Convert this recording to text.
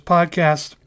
Podcast